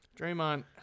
Draymond